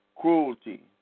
cruelty